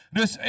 Dus